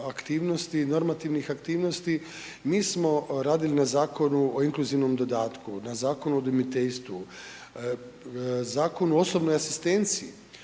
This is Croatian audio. aktivnosti, normativnih aktivnosti, mi smo radili na Zakonu o inkluzivnom dodatku, na Zakonu o udomiteljstvu, Zakonu o osobnoj asistenciji,